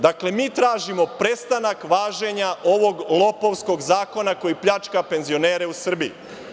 Dakle, tražimo prestanak važenja ovog lopovskog zakona koji pljačka penzionere u Srbiji.